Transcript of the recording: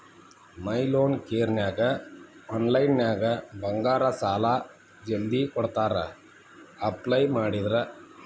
ಮೈ loan ಕೇರನ್ಯಾಗ ಆನ್ಲೈನ್ನ್ಯಾಗ ಬಂಗಾರ ಸಾಲಾ ಜಲ್ದಿ ಕೊಡ್ತಾರಾ ಅಪ್ಲೈ ಮಾಡಿದ್ರ